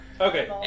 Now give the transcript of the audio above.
Okay